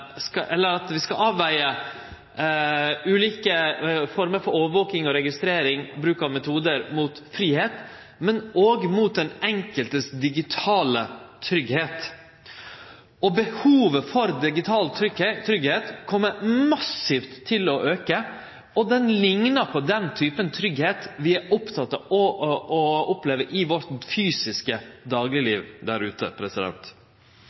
personvern eller at vi skal avvege ulike former for overvaking og registrering og bruk av metodar mot fridom, men òg mot den digitale tryggleiken for den enkelte. Behovet for digital tryggleik kjem til å auke massivt, og han liknar på den tryggleiken vi er opptekne av å oppleve i vårt fysiske